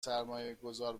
سرمایهگذار